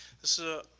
this is a